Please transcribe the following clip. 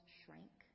shrank